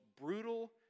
brutal